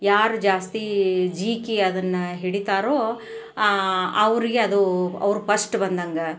ಯಾರು ಜಾಸ್ತಿ ಜೀಕಿ ಅದನ್ನು ಹಿಡಿತಾರೊ ಅವರಿಗೆ ಅದು ಅವ್ರು ಪಸ್ಟ್ ಬಂದಂಗೆ